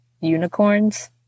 Unicorns